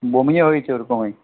বমিও হয়েছে ওরকমই